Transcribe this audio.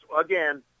again